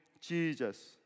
Jesus